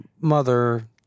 mother